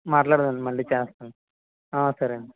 మాట్లాదాం అండి మళ్ళీ చేస్తాం సరే అండి